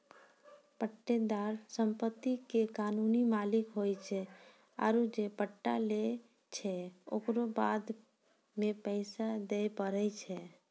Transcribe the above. पट्टेदार सम्पति के कानूनी मालिक होय छै आरु जे पट्टा लै छै ओकरो बदला मे पैसा दिये पड़ै छै